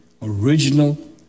original